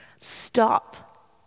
Stop